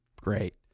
great